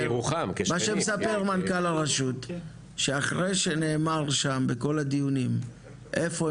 אני רואה שכונות שלמות שבנו ואף אחד לא גר בהן,